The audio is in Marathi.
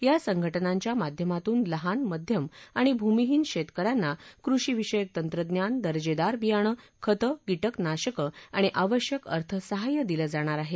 या संघटनांच्या माध्यमातून लहान मध्यम आणि भूमीहीन शेतक यांना कृषी विषयक तंत्रज्ञान दर्जेदार बियाणं खतं कीटकनाशकं आणि आवश्यक अर्थसहाय्य दिलं जाणार आहे